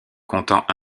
comptant